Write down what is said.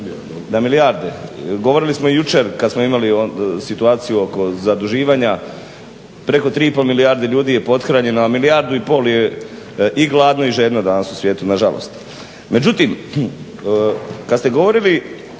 na milijarde. Govorili smo i jučer kad smo imali situaciju oko zaduživanja preko 3 milijarde ljudi je pothranjeno a milijardu i pol je i gladno i žedno danas u svijetu nažalost. Međutim kad ste govorili